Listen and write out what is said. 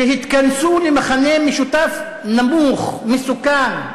שהתכנסו למכנה משותף נמוך, מסוכן,